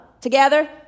together